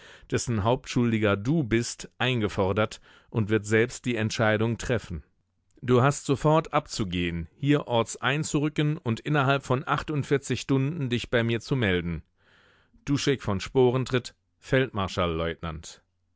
dessen hauptschuldiger du bist eingefordert und wird selbst die entscheidung treffen du hast sofort abzugehen hierorts einzurücken und innerhalb von achtundvierzig stunden dich bei mir zu melden duschek von